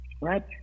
right